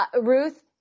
Ruth